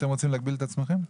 אתם רוצים להגביל את עצמכם?